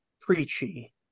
preachy